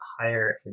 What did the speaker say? higher